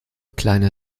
kleine